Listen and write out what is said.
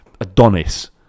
Adonis